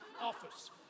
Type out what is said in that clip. office